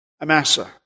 Amasa